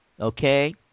Okay